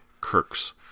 Kirk's